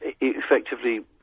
effectively